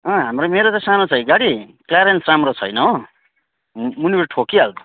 अँ हाम्रो मेरो त सानो छ कि गाडी क्यारेन्स राम्रो छैन हो मुनिबाट ठोक्किइहाल्छ